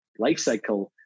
lifecycle